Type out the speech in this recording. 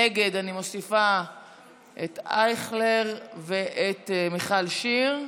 נגד, אני מוסיפה את אייכלר ואת מיכל שיר.